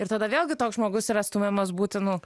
ir tada vėlgi toks žmogus yra stumiamas būti nu